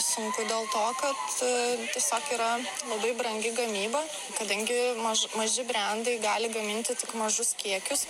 sunku dėl to kad a tiesiog yra labai brangi gamyba kadangi maž maži brendai gali gaminti tik mažus kiekius